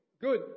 Good